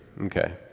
okay